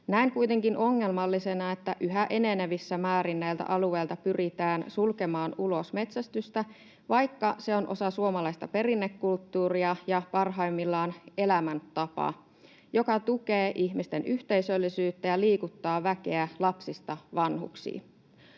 Näen kuitenkin ongelmallisena, että yhä enenevissä määrin näiltä alueilta pyritään sulkemaan ulos metsästystä, vaikka se on osa suomalaista perinnekulttuuria ja parhaimmillaan elämäntapa, joka tukee ihmisten yhteisöllisyyttä ja liikuttaa väkeä lapsista vanhuksiin